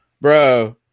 bro